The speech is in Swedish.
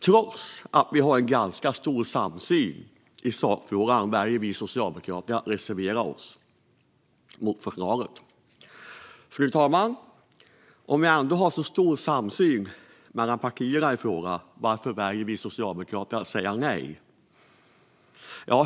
Trots att vi har en ganska stor samsyn i sakfrågan väljer vi socialdemokrater att reservera oss mot förslaget. Fru talman! Om vi nu har en så stor samsyn mellan partierna i fråga, varför väljer då vi socialdemokrater att säga nej?